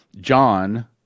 John